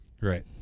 Right